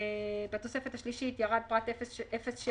בתוספת השלישית ירד פרט 07108090?